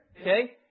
okay